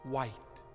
White